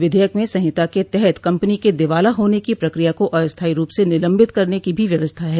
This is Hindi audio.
विधेयक में संहिता के तहत कंपनी के दिवाला होने की प्रक्रिया को अस्थायी रूप से निलंबित करने की भी व्यवस्था है